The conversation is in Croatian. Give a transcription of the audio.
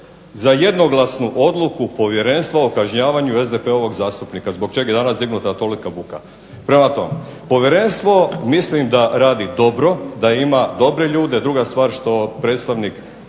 za jednoglasnu odluku povjerenstva o kažnjavanju SDP-ova zastupnika, zbog čega je danas dignuta tolika buka. Prema tome, povjerenstvo mislim da radi dobro, da ima dobre ljude, druga stvar što član